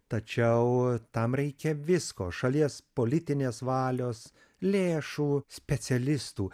tačiau tam reikia visko šalies politinės valios lėšų specialistų